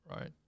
right